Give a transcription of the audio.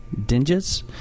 Dinges